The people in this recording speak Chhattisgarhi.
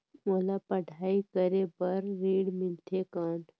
मोला पढ़ाई करे बर ऋण मिलथे कौन?